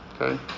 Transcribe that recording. Okay